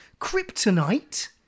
Kryptonite